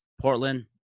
portland